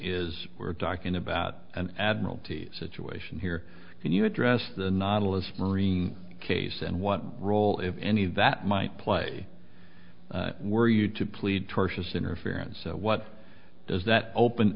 is we're talking about an admiralty situation here can you address the novelist marine case and what role if any that might play were you to plead tortious interference what does that open